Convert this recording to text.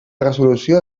resolució